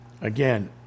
again